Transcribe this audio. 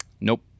Nope